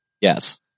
yes